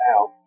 out